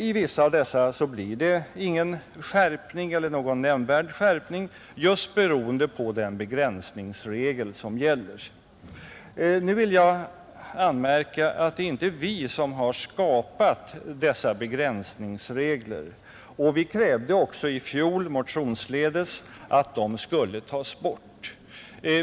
I vissa av dessa fall blir det ingen skärpning eller inte någon nämnvärd skärpning just beroende på den begränsningsregel som gäller. Jag vill anmärka att det inte är vi som har skapat dessa begränsningsregler, och vi krävde också i fjol motionsledes att de skulle tas bort.